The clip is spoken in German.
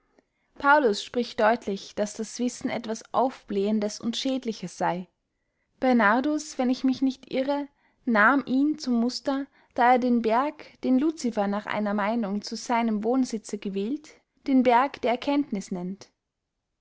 paulus spricht deutlich daß das wissen etwas aufblähendes und schädliches sey bernhardus wenn ich mich nicht irre nahm ihn zum muster da er den berg den lucifer nach einer meinung zu seinem wohnsitze gewählt den berg der erkenntniß nennt